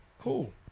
Cool